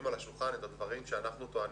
על השולחן את הדברים שאנחנו טוענים.